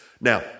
Now